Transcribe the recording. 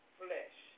flesh